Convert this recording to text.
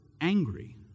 angry